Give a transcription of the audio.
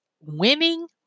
winning